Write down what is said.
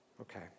Okay